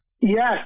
Yes